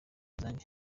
zange